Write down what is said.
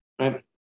Right